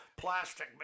Plastic